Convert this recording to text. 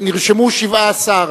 נרשמו 17,